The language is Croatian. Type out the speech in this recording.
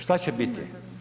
Šta će biti?